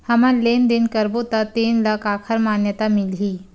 हमन लेन देन करबो त तेन ल काखर मान्यता मिलही?